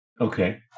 okay